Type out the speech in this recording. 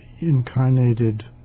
incarnated